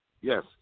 Yes